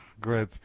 Great